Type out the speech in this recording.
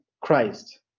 Christ